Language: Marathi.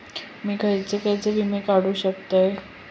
मी खयचे खयचे विमे काढू शकतय?